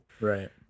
Right